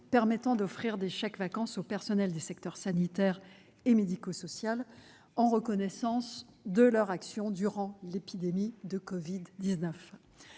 permettant d'offrir des chèques-vacances aux personnels des secteurs sanitaire et médico-social en reconnaissance de leur action durant l'épidémie de covid-19